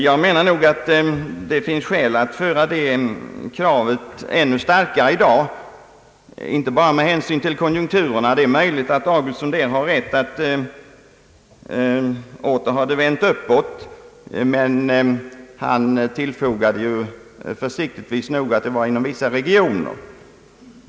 Jag anser att det finns skäl att föra fram detta krav ännu starkare i dag, inte bara med hänsyn till konjunkturerna. Det är möjligt att herr Augustsson hade rätt i att de åter vänt uppåt, men han tillfogade försiktigtvis att det gällde inom vissa regioner.